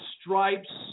stripes